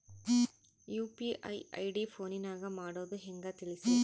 UPI ID ಫೋನಿನಾಗ ಮಾಡೋದು ಹೆಂಗ ತಿಳಿಸ್ರಿ?